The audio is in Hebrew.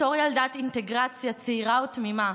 בתור ילדת אינטגרציה צעירה ותמימה,